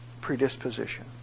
predisposition